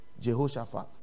Jehoshaphat